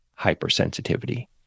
hypersensitivity